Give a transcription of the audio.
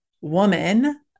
woman